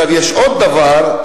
יש עוד דבר,